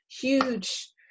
huge